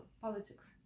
politics